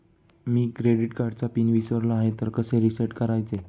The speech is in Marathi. मी क्रेडिट कार्डचा पिन विसरलो आहे तर कसे रीसेट करायचे?